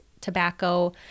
tobacco